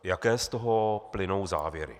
Jaké z toho plynou závěry?